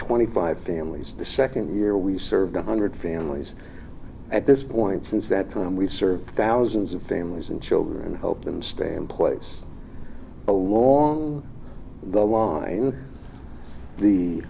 twenty five families the second year we serve hundred families at this point since that time we serve thousands of families and children and help them stay in place along the line